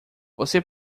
você